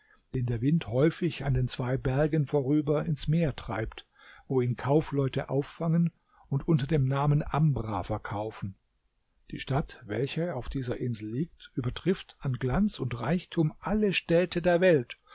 den der wind häufig an den zwei bergen vorüber ins meer treibt wo ihn kaufleute auffangen und unter dem namen ambra verkaufen die stadt welche auf dieser insel liegt übertrifft an glanz und reichtum alle städte der welt